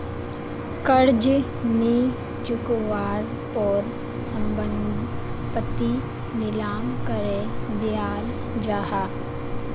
कर्ज नि चुक्वार पोर संपत्ति नीलाम करे दियाल जाहा